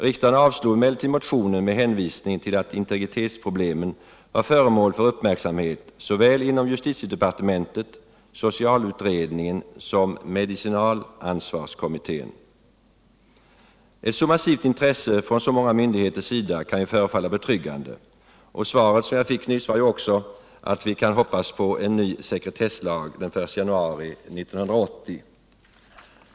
Riksdagen avslog emellertid motionen med hänvisning till att integritetsproblemen var föremål för uppmärksamhet såväl inom justitiedepartementet som i socialutredningen och medicinalansvarskommittén. Ett så massivt intresse från så många myndigheters sida kan ju förefalla betryggande, och svaret som jag nyss fick innehöll också att vi kan hoppas på en ny sekretesslag den 1 januari 1980.